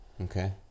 Okay